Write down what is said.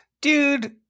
Dude